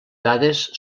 dades